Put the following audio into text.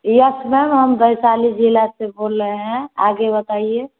yes ma'am हम वैशाली ज़िले से बोल रहे हैं आगे बताइए